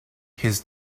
his